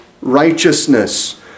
righteousness